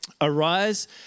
arise